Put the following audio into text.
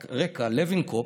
רק רקע: לוינקופף,